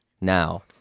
now